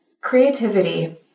creativity